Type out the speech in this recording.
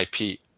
IP